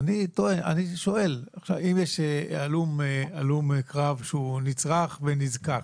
ואני שואל: אם יש הלום קרב שהוא נצרך ונזקק